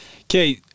Okay